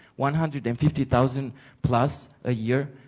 one hundred and fifty thousand plus a year?